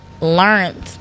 learned